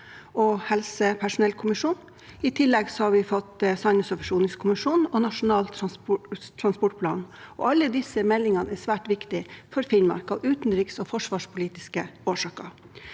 og helsepersonellkommisjonen. I tillegg har vi fått sannhets- og forsoningskommisjonen og Nasjonal transportplan. Alle disse meldingene og rapportene er svært viktige for Finnmark – av utenriks- og forsvarspolitiske årsaker.